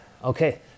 Okay